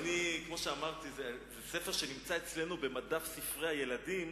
זה ספר שנמצא אצלנו במדף ספרי הילדים,